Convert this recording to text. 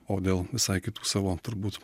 o dėl visai kitų savo turbūt